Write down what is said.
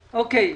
אמיתית.